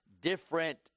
different